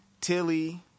Tilly